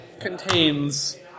Contains